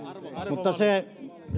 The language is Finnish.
mutta se